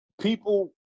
people